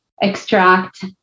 extract